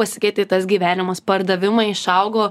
pasikeitė tas gyvenimas pardavimai išaugo